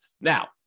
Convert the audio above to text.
Now